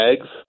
eggs